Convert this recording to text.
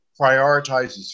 prioritizes